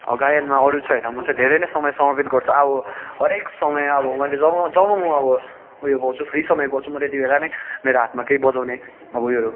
गायनमा अरू चाहिँ होइन म चाहिँ धेरै नै समय समर्पित गर्छु अब हरेक समय अब मैले जब जब म अब उयो पाउँछु फ्री समय पाउँछु म त्यतिबेला नै मेरो हातमा केही बजाउने अब उयोहरू